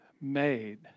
made